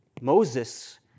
Moses